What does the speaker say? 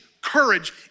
courage